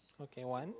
okay one